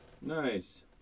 Nice